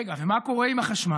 רגע, ומה קורה עם החשמל?